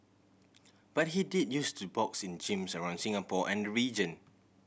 but he did use to box in gyms around Singapore and the region